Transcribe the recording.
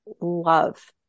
love